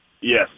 Yes